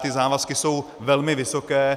Ty závazky jsou velmi vysoké.